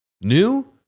New